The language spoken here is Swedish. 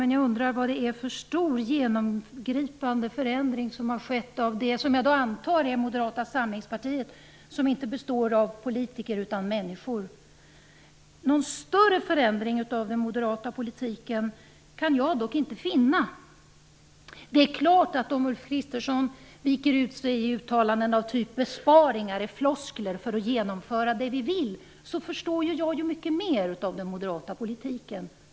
Men jag undrar vad det är för stor, genomgripande förändring som har skett i Moderata samlingspartiet, som tydligen inte består av politiker utan av människor. Någon större förändring av den moderata politiken kan jag dock inte finna. Det är klart att om Ulf Kristersson viker ut sig i uttalanden som t.ex. att besparingar är floskler för att genomföra det vi vill, så måste jag säga att jag förstår mycket mer av den moderata politiken.